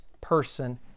person